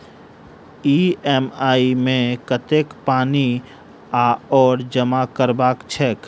EMI मे कतेक पानि आओर जमा करबाक छैक?